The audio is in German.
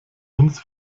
uns